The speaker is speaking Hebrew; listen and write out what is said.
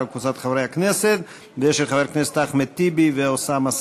וקבוצת חברי הכנסת ושל חברי הכנסת אחמד טיבי ואוסאמה סעדי.